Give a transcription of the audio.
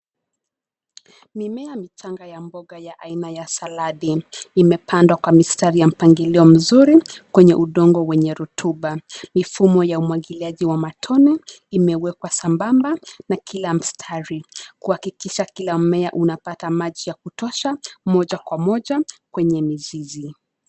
Mimea michanga ya mboga ya aina ya saladi, imepandwa kwa mstari wa mpangilio mzuri kwenye udongo wenye rutuba. Mifumo ya umwagiliaji wa matone imewekwa sambamba kwa kila mstari, kuhakikisha kila mmea unapata maji ya kutosha kwenye mizizi.